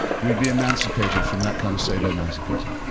we'd be emancipated from that kind of sadomasochism.